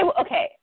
Okay